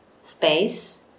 space